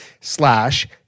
slash